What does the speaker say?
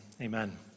amen